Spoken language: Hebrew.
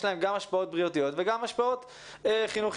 להן גם השפעות בריאותיות וגם השפעות חינוכיות.